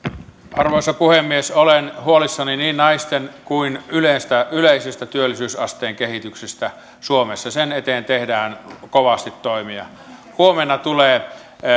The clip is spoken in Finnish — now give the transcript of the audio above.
arvoisa puhemies olen huolissani niin naisten kuin yleisestä yleisestä työllisyysasteen kehityksestä suomessa sen eteen tehdään kovasti toimia huomenna tulee